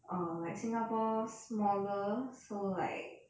uh like singapore smaller so like